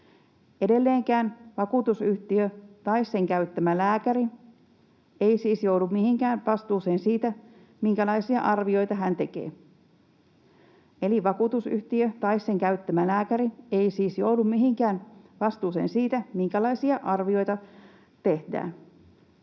Edelleenkään vakuutusyhtiö tai sen käyttämä lääkäri ei siis joudu mihinkään vastuuseen siitä, minkälaisia arvioita hän tekee. Eli vakuutusyhtiö tai sen käyttämä lääkäri ei siis joudu mihinkään vastuuseen siitä, minkälaisia arvioita tehdään.